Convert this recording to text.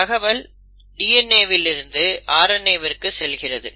தகவல் DNA வில் இருந்து RNAவிற்கு செல்கிறது